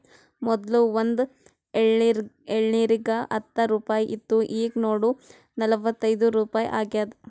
ಮೊದ್ಲು ಒಂದ್ ಎಳ್ನೀರಿಗ ಹತ್ತ ರುಪಾಯಿ ಇತ್ತು ಈಗ್ ನೋಡು ನಲ್ವತೈದು ರುಪಾಯಿ ಆಗ್ಯಾದ್